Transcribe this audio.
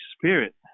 Spirit